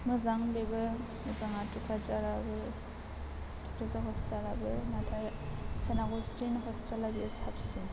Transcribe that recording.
मोजां बेबो मोजाङा थुक्राझार हस्पिटालाबो नाथाय सेन्ट आग'स्टिन हस्पिटाल आ बेयो साबसिन